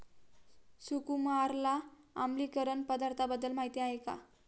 सुकुमारला आम्लीकरण पदार्थांबद्दल माहिती आहे का?